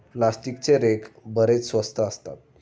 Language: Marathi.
प्लास्टिकचे रेक बरेच स्वस्त असतात